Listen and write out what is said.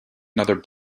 another